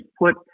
put